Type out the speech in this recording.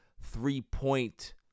three-point